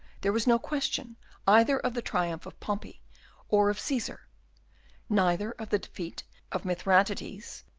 there was no question either of the triumph of pompey or of caesar neither of the defeat of mithridates,